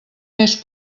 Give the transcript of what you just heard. més